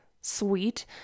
sweet